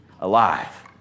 alive